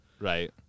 right